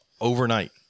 overnight